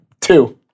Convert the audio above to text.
two